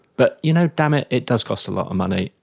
but you know, damn it, it does cost a lot of money,